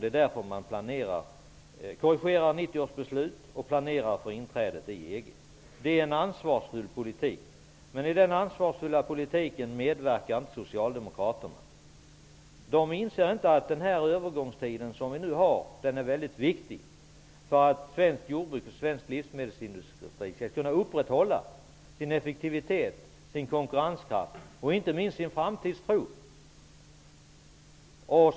Det är därför man vill korrigera 1990 års beslut och planerar för inträdet i EG. Det är en ansvarsfull politik. I den ansvarsfulla politiken medverkar inte socialdemokraterna. De inser inte att den övergångstid vi nu har är mycket viktig för att svenskt jordbruk och svensk livsmedelsindustri skall kunna upprätthålla sin effektivitet, sin konkurrenskraft och inte minst sin framtidstro.